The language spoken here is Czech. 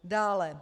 Dále.